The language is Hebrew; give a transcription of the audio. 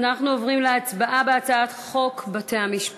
אנחנו עוברים להצבעה על הצעת חוק בתי-המשפט